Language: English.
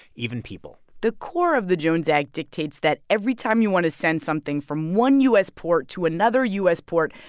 even people the core of the jones act dictates that every time you want to send something from one u s. port to another u s. port,